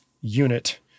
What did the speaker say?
unit